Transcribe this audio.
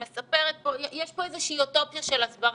את מספרת פה, יש פה איזה שהיא אוטופיה של הסברה.